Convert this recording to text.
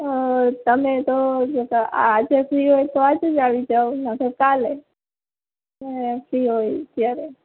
અ તમે તો આજે ફ્રી હોય તો આજે જ આવી જાવ નહીંતર કાલે જયારે ફ્રી હોય ત્યારે